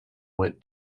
went